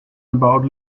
about